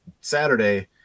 Saturday